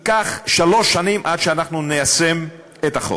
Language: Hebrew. ייקח שלוש שנים עד שאנחנו ניישם את החוק.